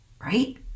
right